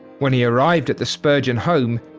when he arrived at the spurgeon home,